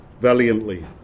valiantly